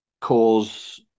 cause